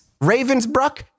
Ravensbruck